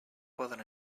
poden